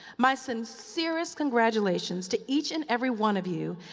my sincerest congratulations to each and every one of you.